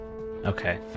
Okay